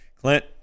Clint